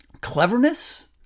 cleverness